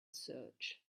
search